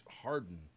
Harden